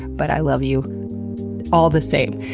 but i love you all the same.